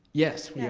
yes, we are.